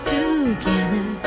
Together